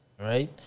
right